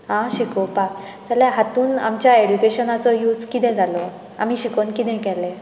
आ शिकोवपाक जाल्यार हातूंत आमच्या एडुकेशनाचो यूज कितें जालो आमी शिकून कितें केलें